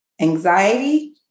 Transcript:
anxiety